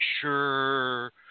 sure